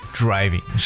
driving